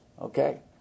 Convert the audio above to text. okay